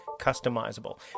customizable